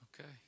Okay